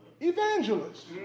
Evangelists